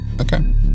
Okay